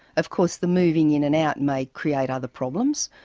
of course the moving in and out may create other problems.